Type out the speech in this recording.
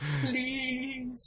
Please